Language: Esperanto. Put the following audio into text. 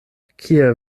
kia